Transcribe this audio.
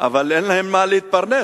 אבל אין להם ממה להתפרנס,